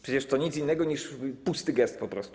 Przecież to nic innego niż pusty gest po prostu.